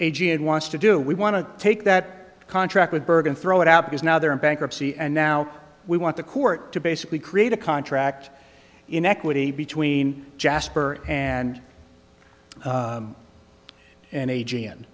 g and wants to do we want to take that contract with berg and throw it out because now they're in bankruptcy and now we want the court to basically create a contract in equity between jasper and and a